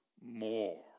more